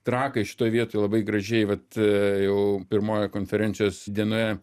trakai šitoj vietoj labai gražiai vat jau pirmoje konferencijos dienoje